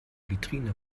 vitrine